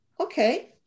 Okay